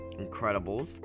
Incredibles